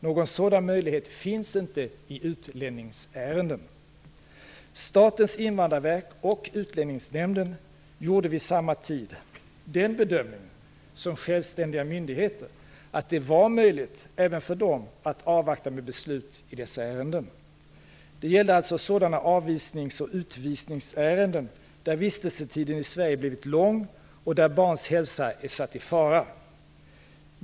Någon sådan möjlighet finns inte i utlänningsärenden. Statens invandrarverk och Utlänningsnämnden gjorde vid samma tid den bedömningen, som självständiga myndigheter, att det var möjligt även för dem att avvakta med beslut i dessa ärenden. Det gällde alltså sådana avvisnings och utvisningsärenden där vistelsetiden i Sverige blivit lång och där barns hälsa är satt i fara.